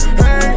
hey